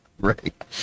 Right